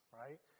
right